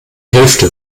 hälfte